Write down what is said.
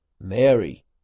Mary